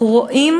אנחנו רואים